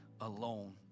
alone